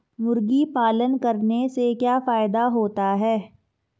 मुर्गी पालन करने से क्या फायदा होता है?